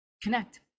Connect